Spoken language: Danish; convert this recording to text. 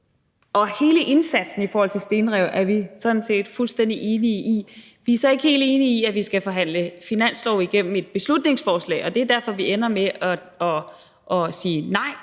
Og hele indsatsen i forhold til stenrev er vi sådan set fuldstændig enige i. Vi er så ikke helt enige i, at vi skal forhandle finanslov via et beslutningsforslag, og det er derfor, vi ender med at sige nej